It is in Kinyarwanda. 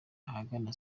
ahagana